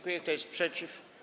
Kto jest przeciw?